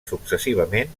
successivament